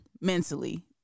mentally